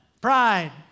pride